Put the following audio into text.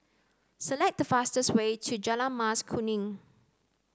select the fastest way to Jalan Mas Kuning